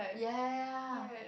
ya ya ya